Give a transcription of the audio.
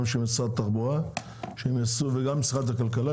גם של משרד התחבורה וגם משרד הכלכלה,